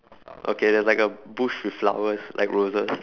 okay there's like a bush with flowers like roses